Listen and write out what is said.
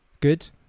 Good